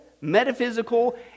metaphysical